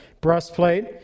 breastplate